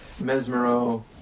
Mesmero